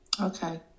Okay